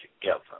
together